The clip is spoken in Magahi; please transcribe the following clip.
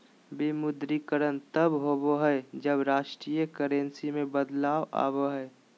विमुद्रीकरण तब होबा हइ, जब राष्ट्रीय करेंसी में बदलाव आबा हइ